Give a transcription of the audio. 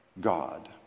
God